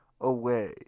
away